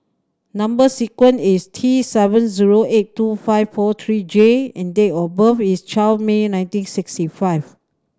number sequence is T seven zero eight two five four three J and date of birth is twelve May nineteen sixty five